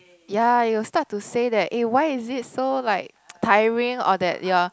ya you'll start to say that eh why is it so like tiring or that ya